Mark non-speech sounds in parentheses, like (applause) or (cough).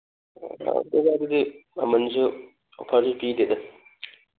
(unintelligible) ꯃꯃꯟꯁꯨ ꯑꯣꯐꯔꯁꯨ ꯄꯤꯗꯦꯗ